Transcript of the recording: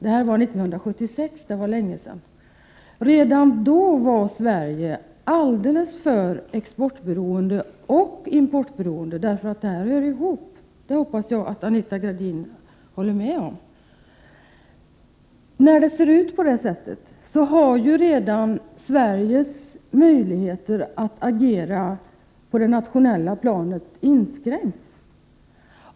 1976 är ju mycket länge sedan, men redan då var Sverige alldeles för exportberoende och importberoende; att detta hör ihop hoppas jag Anita Gradin håller med om. När det ser ut på det sättet, har ju Sveriges möjligheter att agera på det nationella planet redan inskränkts.